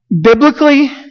biblically